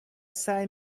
سعی